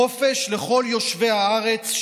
חופש לכל יושבי הארץ,